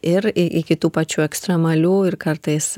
ir į iki tų pačių ekstremalių ir kartais